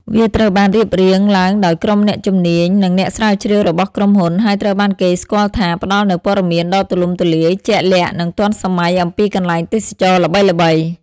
វាត្រូវបានរៀបរៀងឡើងដោយក្រុមអ្នកជំនាញ និងអ្នកស្រាវជ្រាវរបស់ក្រុមហ៊ុន ហើយត្រូវបានគេស្គាល់ថាផ្ដល់នូវព័ត៌មានដ៏ទូលំទូលាយ ជាក់លាក់ និងទាន់សម័យអំពីកន្លែងទេសចរណ៍ល្បីៗ.